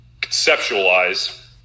conceptualize